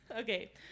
Okay